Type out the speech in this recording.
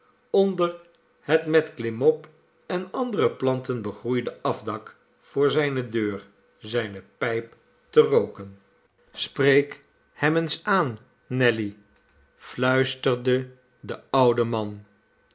onder het met klimop en andere planten begroeide afdak voor zijne deur zijne pijp te rooken spreek hem eens aan nelly i fluisterde de oude man